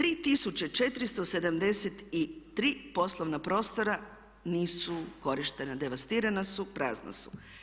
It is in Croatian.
3473 poslovna prostora nisu korištena, devastirana su, prazna su.